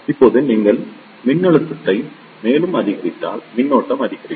இப்போது நீங்கள் மின்னழுத்தத்தை மேலும் அதிகரித்தால் மின்னோட்டம் அதிகரிக்கும்